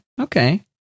Okay